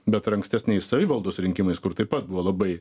bet ir ankstesniais savivaldos rinkimais kur taip pat buvo labai